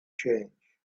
change